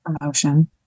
emotion